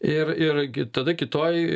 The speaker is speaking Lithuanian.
ir irgi tada kitoj